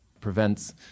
prevents